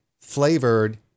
flavored